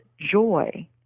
joy